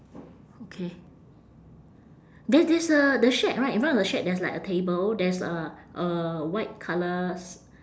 okay there's there's a the shack right in front of the shack there's like a table there's a a white colour s~